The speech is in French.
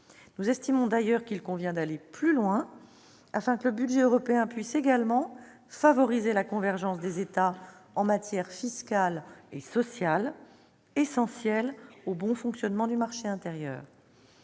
Nous estimons d'ailleurs qu'il convient d'aller plus loin, afin que le budget européen puisse également favoriser la convergence des États en matières fiscale et sociale, une convergence essentielle au bon fonctionnement du marché intérieur.